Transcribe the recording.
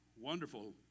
wonderful